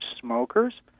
smokers